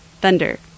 Thunder